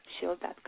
Shield.com